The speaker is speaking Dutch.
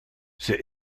zij